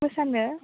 मोसानो